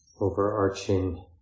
Overarching